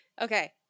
Okay